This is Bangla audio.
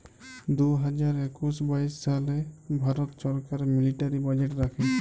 দু হাজার একুশ বাইশ সালে ভারত ছরকার মিলিটারি বাজেট রাখে